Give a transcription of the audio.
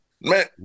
Man